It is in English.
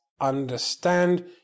understand